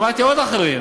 שמעתי עוד אחרים.